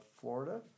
Florida